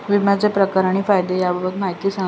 विम्याचे प्रकार आणि फायदे याबाबत माहिती सांगा